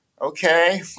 Okay